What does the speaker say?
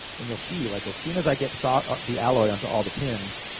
and you'll see, like as soon as i get sort of the alloy on to all the pins,